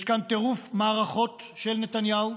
יש כאן טירוף מערכות של נתניהו,